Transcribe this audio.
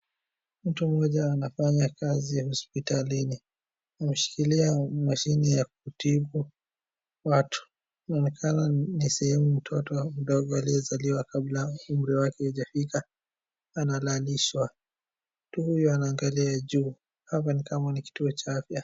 Mtu mmoja anafanya kazi hospitalini. Ameshikilia mashini ya kutibu watu. Inaonekana ni sehemu mtoto mdogo aliyezaliwa kabla umri wake haijafika, analalishwa. Mtu huyu anaangalia juu. Hapa ni kama ni kituo cha afya.